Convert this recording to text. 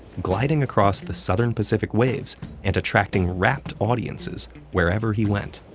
gliding across the southern pacific waves and attracting rapt audiences wherever he went.